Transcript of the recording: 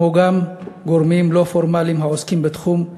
כמו גם גורמים לא פורמליים העוסקים בתחום,